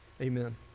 amen